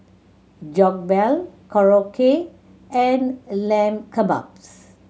Jokbal Korokke and Lamb Kebabs